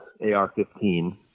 AR-15